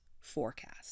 forecast